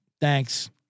Thanks